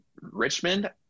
Richmond